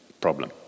problem